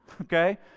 okay